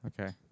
Okay